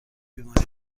بیماری